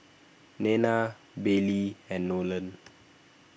Nena Baylie and Nolan